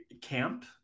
camp